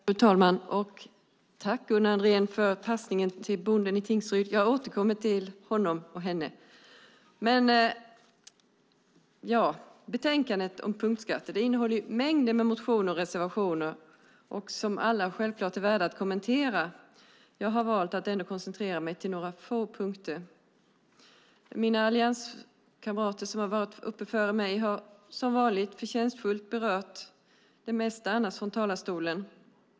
Fru talman! Tack, Gunnar Andrén, för passningen om bonden i Tingsryd! Jag återkommer till honom eller henne. Betänkandet om punktskatter innehåller mängder av motioner och reservationer som alla självfallet är värda att kommentera. Jag har valt att koncentrera mig på några få punkter. Mina allianskamrater som har varit uppe före mig har som vanligt förtjänstfullt berört det mesta från talarstolen.